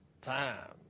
time